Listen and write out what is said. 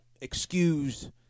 excuse